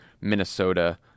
Minnesota